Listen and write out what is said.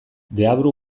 deabru